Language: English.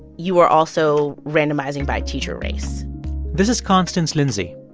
you are also randomizing by teacher race this is constance lindsay.